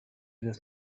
this